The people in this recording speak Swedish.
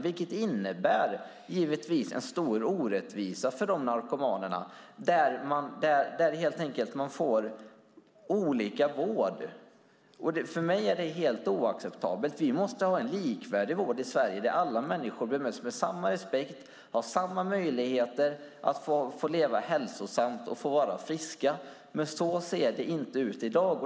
Detta innebär givetvis att det är en stor orättvisa för narkomanerna. Man får helt enkelt olika vård. För mig är det helt oacceptabelt. Vi måste ha en likvärdig vård i Sverige där alla människor bemöts med samma respekt och har samma möjlighet att leva hälsosamt och vara friska. Men så ser det inte ut i dag.